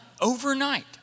overnight